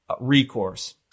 recourse